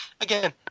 again